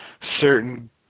certain